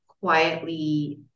quietly